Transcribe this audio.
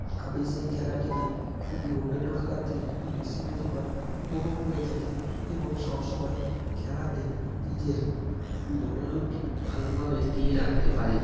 আমি সেই খেলাটিকে খুবই অন্যান্য খেলার থেকে খুবই বেশি পরিমাণ উপভোগ করে থাকি এবং সব সময় খেলাতে নিজের মনযোগটি ভালোভাবে দিয়ে রাখতে পারি